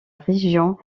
région